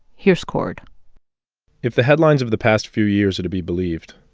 here's cord if the headlines of the past few years are to be believed,